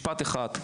משפט אחד,